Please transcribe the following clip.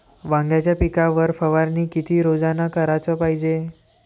वांग्याच्या पिकावर फवारनी किती रोजानं कराच पायजे?